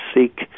Seek